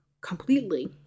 completely